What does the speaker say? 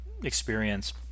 experience